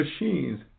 Machines